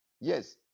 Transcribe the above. yes